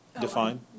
Define